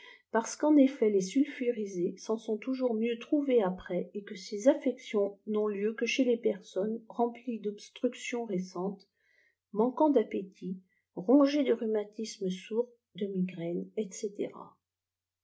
parce qu'en effet les sulfurisés s'en sont toujours mieux trouvés après et que ces affectfons n'ont lieu que chez les personnes remplies d obstructions récentes fnanquant d'appétit rongées de rhumatismes sourds de migraines etc